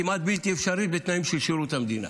כמעט בלתי אפשרית, בתנאים של שירות המדינה.